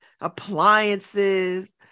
appliances